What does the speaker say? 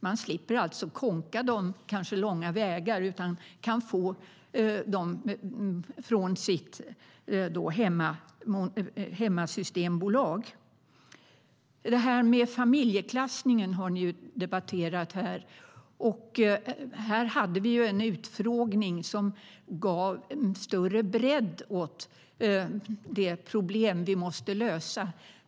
Man slipper alltså kånka dem långa vägar utan kan få dem från sitt lokala systembolag. Familjeklassningen har ni ju debatterat här. Där hade vi en utfrågning som gav större bredd åt det problem vi måste lösa.